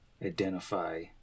Identify